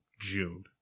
June